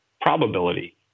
probability